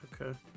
Okay